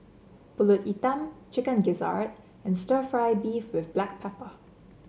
pulut Hitam Chicken Gizzard and stir fry beef with Black Pepper